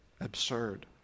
Absurd